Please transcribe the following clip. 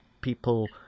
people